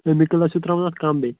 chemical ٲسِو تراوان اَتھ کم بیٚیہِ